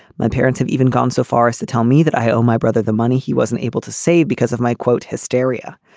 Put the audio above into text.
my parents have even gone so far as to tell me that i owe my brother the money he wasn't able to save because of my, quote, hysteria.